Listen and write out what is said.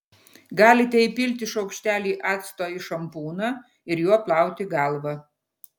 galite įpilti šaukštelį acto į šampūną ir juo plauti galvą